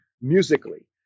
musically